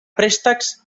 préstecs